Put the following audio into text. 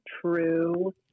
true